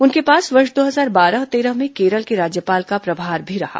उनके पास वर्ष दो हजार बारह तेरह में केरल के राज्यपाल का प्रभार भी रहा